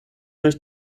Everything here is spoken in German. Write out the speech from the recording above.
durch